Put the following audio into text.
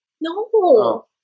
No